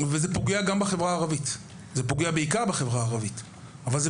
זה פוגע בעיקר בחברה הערבית אבל לא רק,